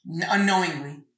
unknowingly